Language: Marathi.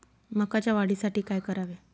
मकाच्या वाढीसाठी काय करावे?